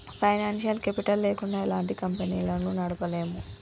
financial capital లేకుండా ఎలాంటి కంపెనీలను నడపలేము